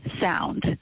sound